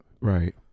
Right